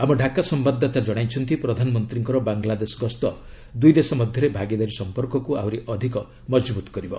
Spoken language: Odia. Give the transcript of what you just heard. ଆମ ଢାକା ସମ୍ଭାଦଦାତା ଜଣାଇଛନ୍ତି ପ୍ରଧାନମନ୍ତ୍ରୀଙ୍କର ବାଙ୍ଗଲାଦେଶ ଗସ୍ତ ଦୁଇ ଦେଶ ମଧ୍ୟରେ ଭାଗିଦାରୀ ସମ୍ପର୍କକୁ ଆହୁରି ଅଧିକ ମଜବୁତ କରିବ